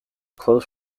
close